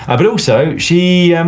ah but also she, um